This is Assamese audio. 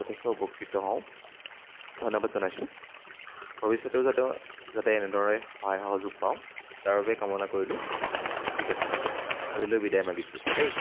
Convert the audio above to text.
যথেষ্ট উপকৃত হওঁ ধন্যবাদ জনাইছোঁ ভৱিষ্যতেও যাতে যাতে এনেদৰে সহায় সহযোগ পাওঁ তাৰ বাবে কামনা কৰিলোঁ ঠিক আছে ঠিক আছে আজিলৈ বিদায় মাগিছোঁ দেই